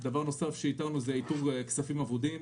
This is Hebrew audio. איתור כספים אבודים